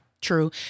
True